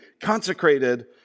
consecrated